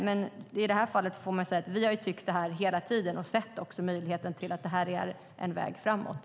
Men i det här fallet har vi tyckt detta hela tiden och också sett möjligheten att detta är en väg framåt.